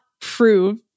prove